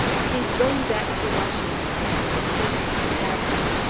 he's going back to washington and it suited him to have him.